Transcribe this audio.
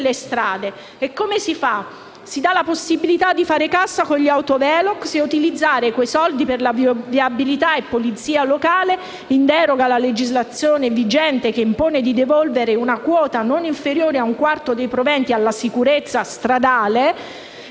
come si fa? Si dà la possibilità di fare cassa con gli *autovelox* e utilizzare quei soldi per la viabilità e polizia locale in deroga alla legislazione vigente, che impone di devolvere una quota non inferiore a un quarto dei proventi alla sicurezza stradale